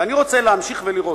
ואני רוצה להמשיך ולראות.